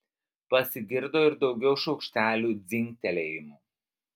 pasigirdo ir daugiau šaukštelių dzingtelėjimų